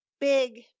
big